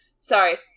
Sorry